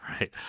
right